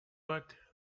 but